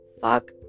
fuck